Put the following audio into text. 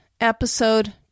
episode